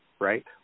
right